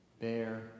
Bear